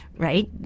Right